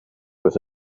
with